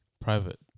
private